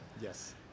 Yes